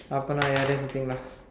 அப்பனா:appanaa ya that's the thing lah